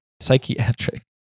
psychiatric